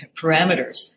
parameters